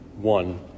one